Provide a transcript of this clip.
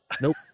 Nope